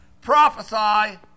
prophesy